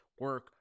Work